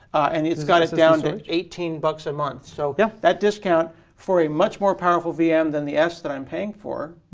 and got us down to eighteen bucks a month. so yeah that discount for a much more powerful vm than the s that i'm paying for